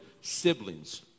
siblings